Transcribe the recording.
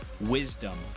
wisdom